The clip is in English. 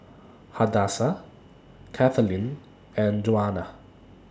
Hadassah Kathaleen and Djuana